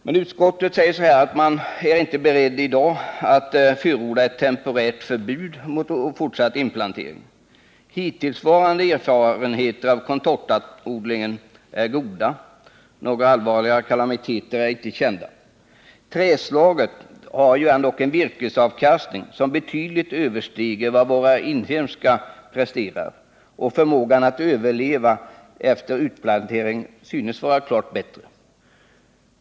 Men utskottet säger att man inte är beredd att i dag förorda ett temporärt förbud mot fortsatt inplantering. Hittillsvarande erfarenheter av contortaodlingen är goda. Några allvarliga kalamiteter är inte kända. Trädslaget har ändå en virkesavkastning som betydligt överstiger vad våra inhemska presterar, och förmågan att överleva efter utplantering synes vara klart bättre.